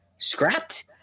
scrapped